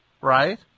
right